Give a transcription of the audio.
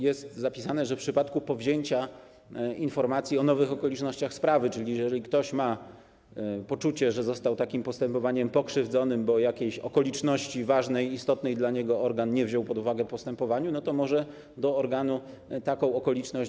Jest zapisane, że w przypadku powzięcia informacji o nowych okolicznościach sprawy, czyli jeżeli ktoś ma poczucie, że został takim postępowaniem pokrzywdzonym, bo jakieś ważnej, istotnej dla niego okoliczności organ nie wziął pod uwagę w postępowaniu, to może zgłosić do organu taką okoliczność.